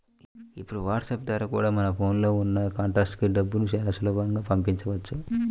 ఇప్పుడు వాట్సాప్ ద్వారా కూడా మన ఫోన్ లో ఉన్న కాంటాక్ట్స్ కి డబ్బుని చాలా సులభంగా పంపించవచ్చు